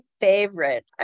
favorite